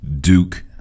Duke